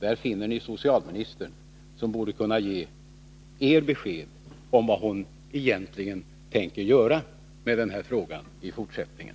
Där finner ni socialministern, som borde kunna ge er besked om vad hon egentligen tänker göra i den här frågan i fortsättningen.